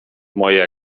moje